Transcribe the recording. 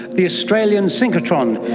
the australian synchrotron.